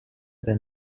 than